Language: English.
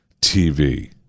tv